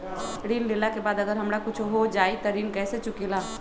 ऋण लेला के बाद अगर हमरा कुछ हो जाइ त ऋण कैसे चुकेला?